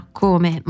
come